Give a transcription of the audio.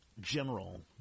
general